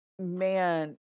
man